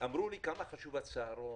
אמרו לי כמה חשוב הצהרון,